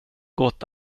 gått